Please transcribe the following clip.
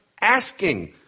asking